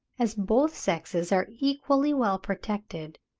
as both sexes are equally well protected,